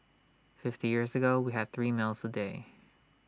fifty years ago we had three meals A day